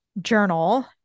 journal